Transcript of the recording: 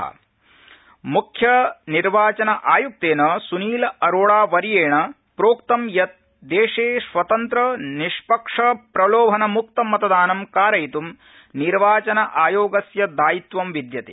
तमिलनाड चनाव समीक्षा मुख्य निर्वाचन आयुक्तेन सुनील अरोड़ावर्येण प्रोक्तं यत् देशे स्वतंत्र निष्पक्ष प्रलोभनमुक्त मतदानं कारयित् निर्वाचन आयोगस्य दायित्वं विद्यते